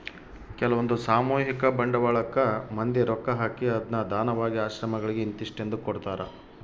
ಕೆಲ್ವಂದು ಸಾಮೂಹಿಕ ಬಂಡವಾಳಕ್ಕ ಮಂದಿ ರೊಕ್ಕ ಹಾಕಿ ಅದ್ನ ದಾನವಾಗಿ ಆಶ್ರಮಗಳಿಗೆ ಇಂತಿಸ್ಟೆಂದು ಕೊಡ್ತರಾ